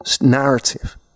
narrative